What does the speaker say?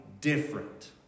different